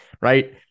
right